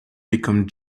become